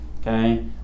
Okay